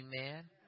Amen